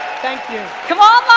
thank you. come on,